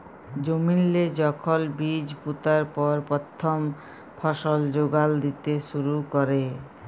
জমিল্লে যখল বীজ পুঁতার পর পথ্থম ফসল যোগাল দ্যিতে শুরু ক্যরে